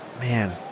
man